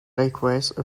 likewise